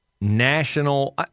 national